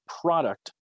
product